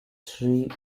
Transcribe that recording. sri